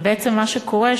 ובעצם מה שקורה,